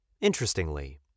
Interestingly